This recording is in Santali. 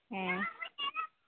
ᱦᱮᱸ